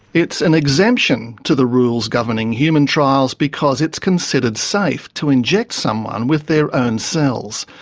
it's an exemption to the rules governing human trials because it's considered safe to inject someone with their own cells.